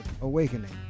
Awakening